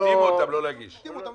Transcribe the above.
החתימו אותם לא להגיש.